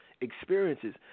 experiences